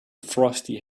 frosty